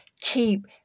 keep